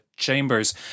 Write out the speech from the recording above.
Chambers